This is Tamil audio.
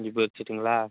அஞ்சு பேர் சீட்டுங்களா